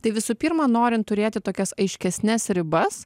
tai visų pirma norint turėti tokias aiškesnes ribas